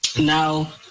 Now